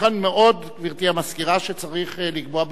ייתכן מאוד, גברתי המזכירה, שצריך לקבוע במפורש.